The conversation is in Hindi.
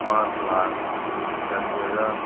पाँच लाख पचासी हज़ार